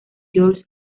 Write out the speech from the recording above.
georg